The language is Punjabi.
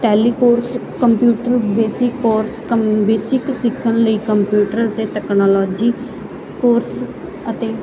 ਟੈਲੀ ਕੋਰਸ ਕੰਪਿਊਟਰ ਬੇਸਿਕ ਔਰ ਕੰ ਬੇਸਿਕ ਸਿੱਖਣ ਲਈ ਕੰਪਿਊਟਰ ਅਤੇ ਤਕਨਾਲੋਜੀ ਕੋਰਸ ਅਤੇ